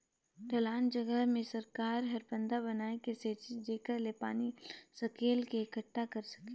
ढलान जघा मे सरकार हर बंधा बनाए के सेचित जेखर ले पानी ल सकेल क एकटठा कर सके